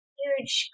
huge